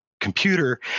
computer